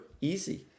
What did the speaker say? easy